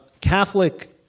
Catholic